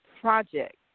project